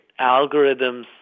Algorithms